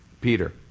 Peter